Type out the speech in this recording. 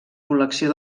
col·lecció